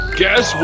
guess